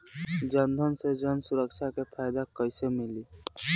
जनधन से जन सुरक्षा के फायदा कैसे मिली?